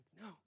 no